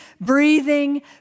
breathing